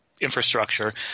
infrastructure